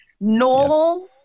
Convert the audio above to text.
Normal